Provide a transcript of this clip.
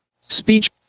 Speech